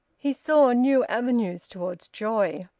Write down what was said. he saw new avenues toward joy,